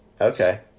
okay